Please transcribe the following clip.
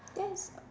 that's